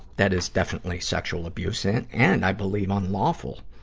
that is definitely sexual abuse, and, and, i believe, unlawful.